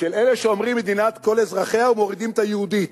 של אלה שאומרים "מדינת כל אזרחיה" ומורידים את ה"יהודית".